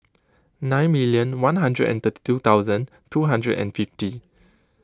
nine million one hundred and two thousand two hundred and fifty